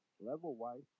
level-wise